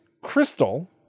Crystal